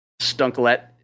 Stunklet